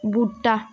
बूह्टा